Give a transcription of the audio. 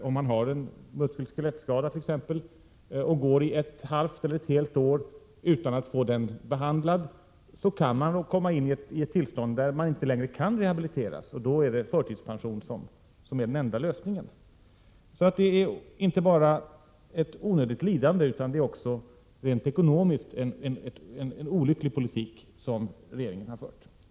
Om man har t.ex. en muskeleller skelettskada och går i ett halvt eller ett helt år utan att få den behandlad, kan man komma in i ett tillstånd där man inte längre kan rehabiliteras. Då är förtidspension den enda lösningen. Det är alltså inte bara fråga om ett onödigt lidande, utan det är också rent ekonomiskt en olycklig politik som regeringen har fört.